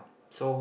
so